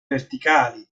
verticali